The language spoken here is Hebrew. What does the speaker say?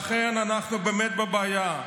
לכן אנחנו באמת בבעיה.